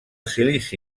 silici